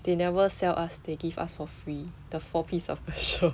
they never sell us they give us for free the four piece of pasture